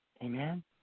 Amen